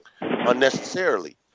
unnecessarily